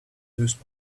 those